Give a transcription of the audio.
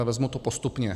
Vezmu to postupně.